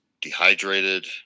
dehydrated